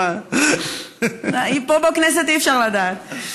פה בכנסת אי-אפשר לדעת.